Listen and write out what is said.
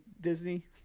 Disney